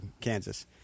Kansas